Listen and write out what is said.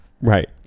Right